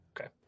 Okay